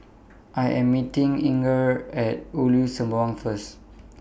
I Am meeting Inger At Ulu Sembawang First